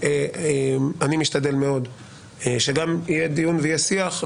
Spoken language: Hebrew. אני משתדל מאוד שיהיה דיון ויהיה שיח.